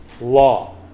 law